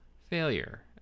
failure